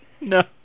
No